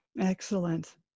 Excellent